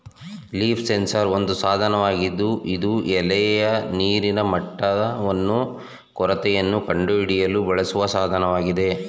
leaf sensor ಒಂದು ಸಾಧನವಾಗಿದ್ದು ಇದು ಎಲೆಯ ನೀರಿನ ಮಟ್ಟವನ್ನು ಕೊರತೆಯನ್ನು ಕಂಡುಹಿಡಿಯಲು ಬಳಸುವ ಸಾಧನವಾಗಿದೆ